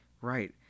Right